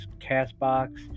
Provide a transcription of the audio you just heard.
Castbox